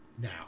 now